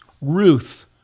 Ruth